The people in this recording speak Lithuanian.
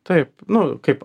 taip nu kaip